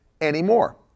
anymore